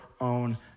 own